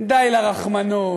די לרחמנות,